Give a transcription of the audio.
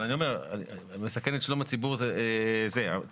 אבל אני אומר - מסכן את שלום הציבור זה סטנדרט מחמיר.